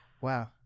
Wow